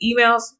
emails